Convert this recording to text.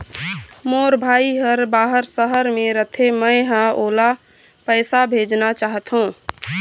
मोर भाई हर बाहर शहर में रथे, मै ह ओला पैसा भेजना चाहथों